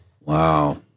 Wow